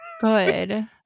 Good